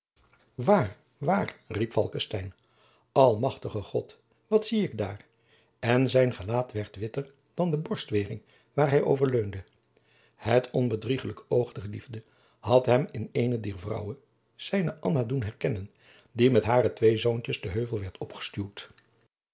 waar waar riep falckestein almachtige god wat zie ik daar en zijn gelaat werd witter dan de borstweering waar hij over leunde het onbedriegelijk oog der liefde had hem in eene dier vrouwen zijne anna doen herkennen die met hare twee zoontjens den heuvel werd opgestuwd